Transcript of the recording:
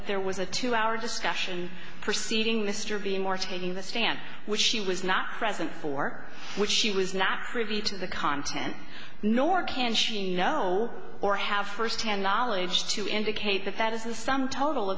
that there was a two hour discussion proceeding mr b more taking the stand which she was not present for which she was not privy to the content nor can she know or have firsthand knowledge to indicate that that is the sum total